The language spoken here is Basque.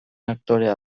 aktorea